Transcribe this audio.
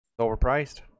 Overpriced